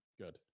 good